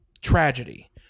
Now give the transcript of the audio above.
tragedy